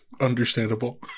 Understandable